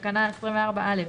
תקנה 24(א),